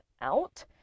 out